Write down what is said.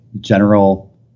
general